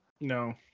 No